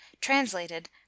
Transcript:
Translated